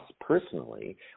personally